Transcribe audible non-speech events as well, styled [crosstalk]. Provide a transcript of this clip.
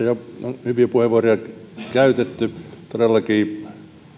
[unintelligible] jo hyviä puheenvuoroja käytetty todellakin toivotaan että portugalin